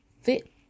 fit